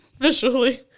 visually